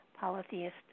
polytheist